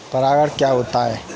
परागण क्या होता है?